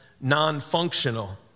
non-functional